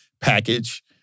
package